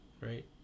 right